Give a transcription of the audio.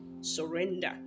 surrender